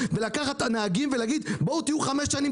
לקחת את הנהגים ולהגיד: תעבדו חמש שנים,